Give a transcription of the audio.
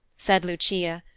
said lucia,